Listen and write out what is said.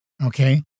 Okay